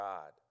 God